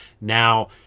Now